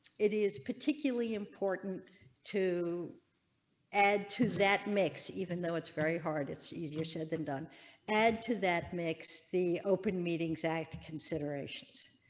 it is particularly important to add to that makes even though it's very hard. it's easier said than done add to that mix the open meetings act consideration.